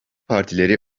partileri